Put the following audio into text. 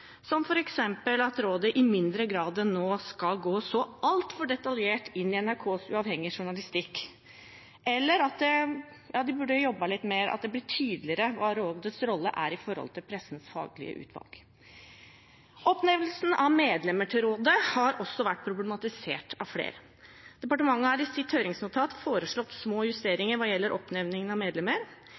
som f.eks. at rådet i mindre grad enn nå skal gå altfor detaljert inn i NRKs uavhengige journalistikk, eller at det blir tydeligere hva rådets rolle er i forhold til Pressens Faglige Utvalg. Oppnevnelsen av medlemmer til rådet har også vært problematisert av flere. Departementet har i sitt høringsnotat foreslått små justeringer hva gjelder oppnevning av medlemmer.